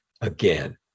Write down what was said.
again